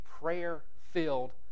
prayer-filled